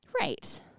Right